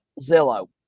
Zillow